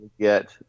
get